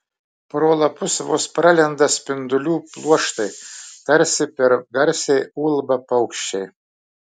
pro lapus vos pralenda spindulių pluoštai tarsi per garsiai ulba paukščiai